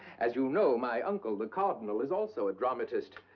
as you know, my uncle, the cardinal, is also a dramatist.